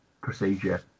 procedure